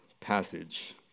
passage